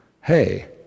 hey